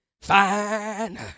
Fine